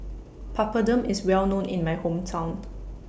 Papadum IS Well known in My Hometown